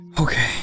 Okay